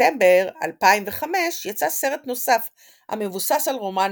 בספטמבר 2005 יצא סרט נוסף המבוסס על רומן